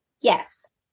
Yes